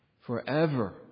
Forever